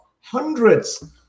hundreds